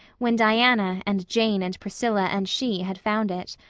when diana and jane and priscilla and she had found it.